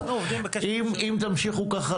אם תמשיכו ככה,